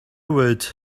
would